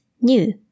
new